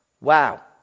wow